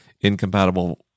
incompatible